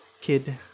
kid